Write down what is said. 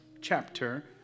chapter